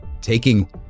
Taking